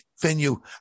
venue